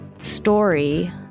Story